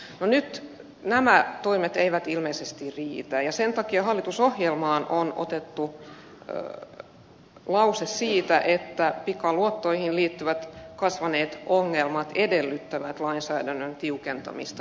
no nyt nämä toimet eivät ilmeisesti riitä ja sen takia hallitusohjelmaan on otettu lause siitä että pikaluottoihin liittyvät kasvaneet ongelmat edellyttävät lainsäädännön tiukentamista